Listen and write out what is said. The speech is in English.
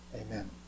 Amen